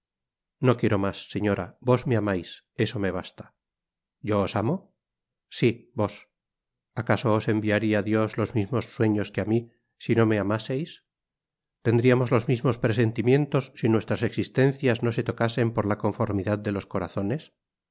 no quiero mas señora vos me amais eso me basta yo os amo si vos acaso os enviaría dios los mismos sueños que á mi si no me amaseis tendriamos los mismos presentimientos si nuestras existencias no se tocasen por la conformidad de los corazones